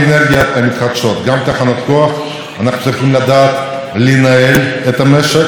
אני חושב שגם בחברת החשמל הבינו וקיבלו את הרפורמה,